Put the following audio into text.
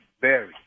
Barry